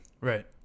Right